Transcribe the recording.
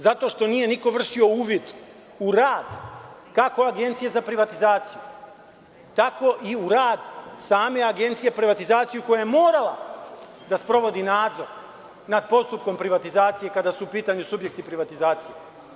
Zato što nije niko vršio uvid u rad, kako Agencije za privatizaciju, tako i u rad same Agencije za privatizaciju, koja je morala da sprovodi nadzor nad postupkom privatizacije, kada su u pitanju subjekti privatizacije.